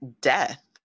death